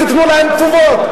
תנו להם תשובות.